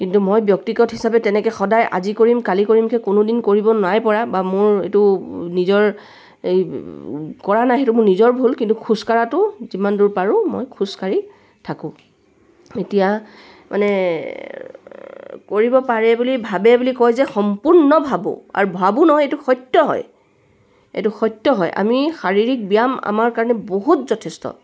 কিন্তু মই ব্যক্তিগত হিচাপে তেনেকৈ সদায় আজি কৰিম কালি কৰিমকৈ কোনো দিন কৰিব নাই পৰা বা মোৰ এইটো নিজৰ এই কৰা নাই সেইটো মোৰ নিজৰ ভুল কিন্তু খোজকঢ়াটো যিমান দূৰ পাৰোঁ মই খোজকাঢ়ি থাকোঁ এতিয়া মানে কৰিব পাৰে বুলি ভাবে বুলি কয় যে সম্পূৰ্ণ ভাবোঁ আৰু ভাবোঁ নহয় এইটো সত্য হয় এইটো সত্য হয় আমি শাৰীৰিক ব্যায়াম আমাৰ কাৰণে বহুত যথেষ্ট